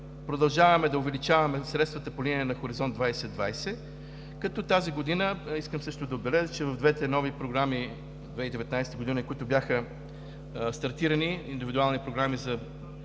Продължаваме да увеличаваме средствата по линия на Хоризонт 2020, като тази година, искам също да отбележа, че в двете нови програми от 2019 г., които бяха стартирани, индивидуални програми –